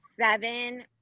seven